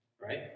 right